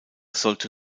sollte